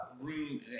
room